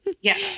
Yes